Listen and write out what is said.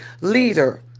leader